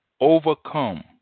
overcome